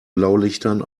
blaulichtern